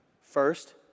First